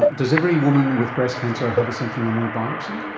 does every woman with breast cancer have a sentinel node biopsy?